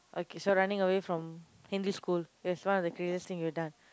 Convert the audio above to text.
okay so running away from English school that's one of the craziest thing you've done